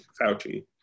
Fauci